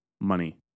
money